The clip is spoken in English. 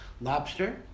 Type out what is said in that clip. Lobster